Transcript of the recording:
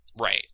Right